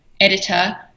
editor